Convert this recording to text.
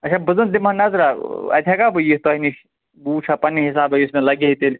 آچھا بہٕ زَن دِمہٕ ہا نظرہ اَتہِ ہیٚکاہ بہٕ یِتھ تۄہہِ نِش بہٕ وُچھہِ ہا پَننہِ حِساب یُس مےٚ لَگہِ ہا تیٚلہِ